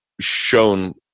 shown